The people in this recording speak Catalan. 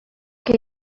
que